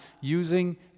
using